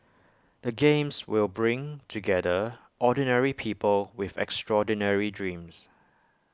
the games will bring together ordinary people with extraordinary dreams